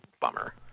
bummer